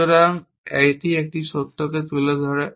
সুতরাং এটি একটি সত্যকেও তুলে ধরে